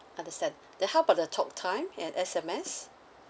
understand then how about the talktime and S_M_S